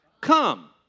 Come